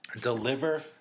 deliver